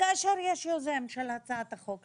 כאשר יש יוזם של הצעת החוק,